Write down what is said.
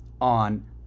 on